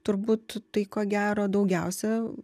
turbūt tai ko gero daugiausia